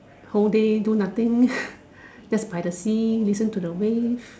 whole day do nothing just by the sea listen to the waves